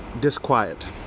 disquiet